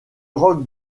roc